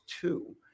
two